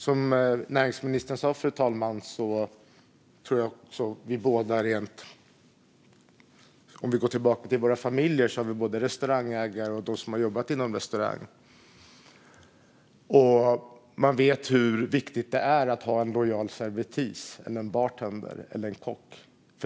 Som näringsministern sa, fru talman, har vi i våra familjer både restaurangägare och familjemedlemmar som har jobbat inom restaurangbranschen. Där vet man hur viktigt det är att ha en lojal servitris, bartender eller kock.